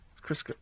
Chris